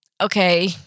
okay